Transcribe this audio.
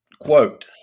quote